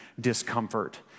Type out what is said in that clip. discomfort